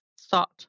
thought